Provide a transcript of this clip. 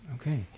Okay